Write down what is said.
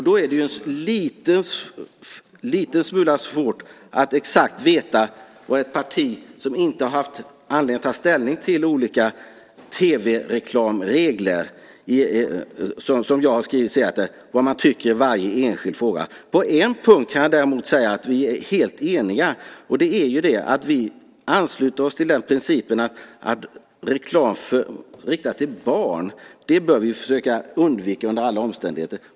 Det är en liten smula svårt att exakt veta vad ett parti som inte har haft anledning att ta ställning till olika tv-reklamregler tycker i varje enskild fråga. På en punkt kan jag däremot säga att vi är helt eniga. Det gäller att vi ansluter oss till principen att vi bör försöka undvika reklam riktad till barn under alla omständigheter.